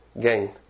gain